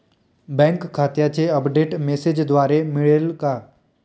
Bank खात्याचे update मेसेजद्वारे मिळेल का?